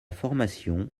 formation